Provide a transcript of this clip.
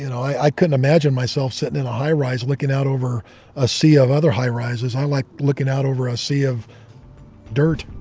you know i couldn't imagine myself sitting in a high-rise, looking out over a sea of other high-rises. i like looking out over a sea of dirt